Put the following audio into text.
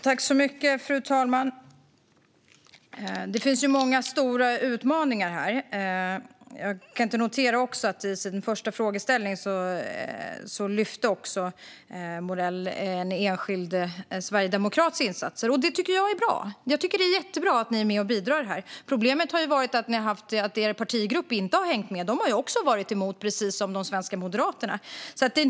Fru talman! Det finns många stora utmaningar. Jag noterar förresten att Morell i sin första replik lyfte fram en enskild sverigedemokrats insatser. Det tycker jag är bra. Det är jättebra att ni är med och bidrar här. Problemet har ju varit att er partigrupp inte har hängt med. De har precis som de svenska moderaterna också varit emot det här.